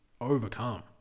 overcome